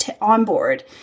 onboard